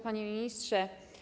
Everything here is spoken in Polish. Panie Ministrze!